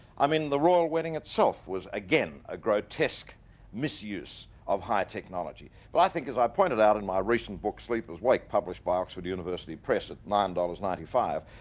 i mean the royal wedding itself was again a grotesque misuse of high technology. well, i think as i pointed out in my recent book, sleepers wake, published by oxford university press at nine dollars. ninety five,